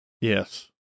yes